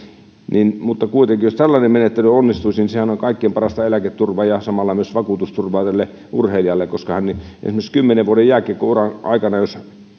mutta kuitenkin jos tällainen menettely onnistuisi niin sehän on kaikkein parasta eläketurvaa ja samalla myös vakuutusturvaa tälle urheilijalle koska esimerkiksi kymmenen vuoden jääkiekkouran aikana jos